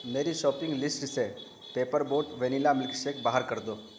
میری shopping list سے Paper Boat vanilla milk shake باہر کر دو